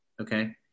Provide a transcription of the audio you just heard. okay